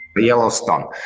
Yellowstone